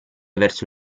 verso